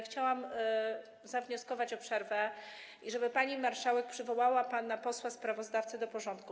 Chciałam zawnioskować o przerwę, żeby pani marszałek przywołała pana posła sprawozdawcę do porządku.